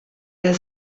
der